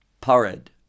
pared